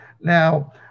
Now